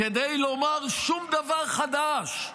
כדי לומר שום דבר חדש.